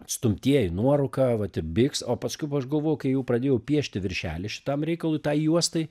atstumtieji nuorūka vat ir biks o paskui va aš galvoju kai jau pradėjau piešti viršelį šitam reikalui tai juostai